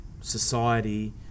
society